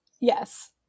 Yes